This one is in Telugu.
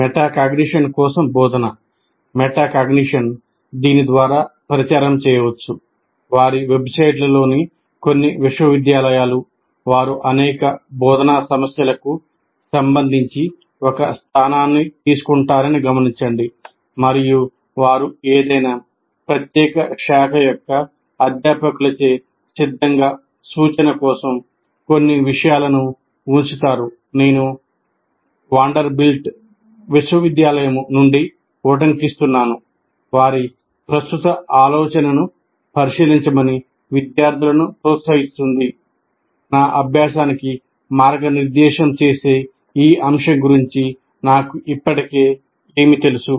మెటాకాగ్నిషన్ కోసం బోధన మెటాకాగ్నిషన్ దీని ద్వారా ప్రచారం చేయవచ్చు వారి ప్రస్తుత ఆలోచనను పరిశీలించమని విద్యార్థులను ప్రోత్సహిస్తోంది నా అభ్యాసానికి మార్గనిర్దేశం చేసే ఈ అంశం గురించి నాకు ఇప్పటికే ఏమి తెలుసు